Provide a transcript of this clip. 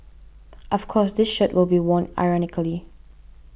of course this shirt will be worn ironically